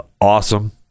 awesome